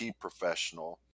professional